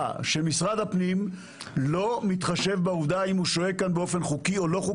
שמשרד הפנים לא מתחשב בעובדה האם האדם שוהה כאן באופן חוקי או לא.